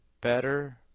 better